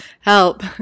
help